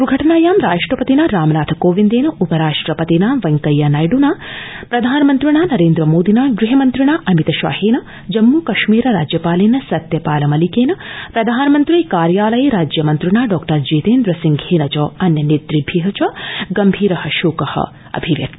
दुर्घटनायां राष्ट्रपतिना रामनाथ कोविन्देन उपराष्ट्रपतिना वेंकैया नायड्ना प्रधानमन्त्रिणा नरेन्द्रमोदिना गृहमन्त्रिणा अमित शाहेन जम्म कश्मीर राज्यपालेन सत्यपाल मलिकेन प्रधानमन्त्री कार्यालये राज्यमन्त्रिणा डॉ जितेन्द्र सिंहेन अन्य नेतृभ्य च गंभीर शोक प्रकटित